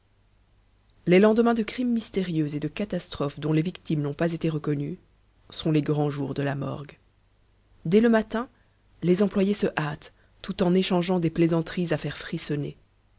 les lendemains de crimes mystérieux et de catastrophes dont les victimes n'ont pas été reconnues sont les grands jours de la morgue dès le matin les employés se hâtent tout en échangeant des plaisanteries à faire frissonner